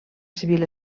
civil